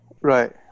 Right